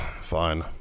Fine